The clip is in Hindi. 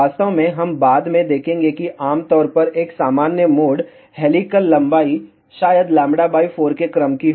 वास्तव में हम बाद में देखेंगे कि आमतौर पर एक सामान्य मोड हेलिकल लंबाई शायद λ 4 के क्रम की हो